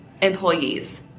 employees